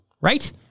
Right